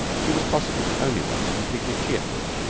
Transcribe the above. she was possibly the only one completely cheerful.